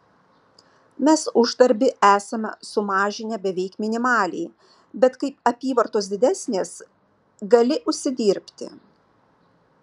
mes uždarbį esame sumažinę beveik minimaliai bet kai apyvartos didesnės gali užsidirbti